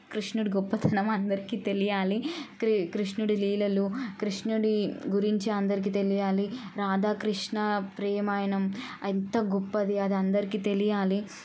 కృష్ణుడు గొప్పతనం అందరికీ తెలియాలి క్రి క్రిష్ణుడు లీలలు క్రిష్ణుడి గురించి అందరికీ తెలియాలి రాధాకృష్ణ ప్రేమాయణం ఎంత గొప్పది అది అందరికీ తెలియాలి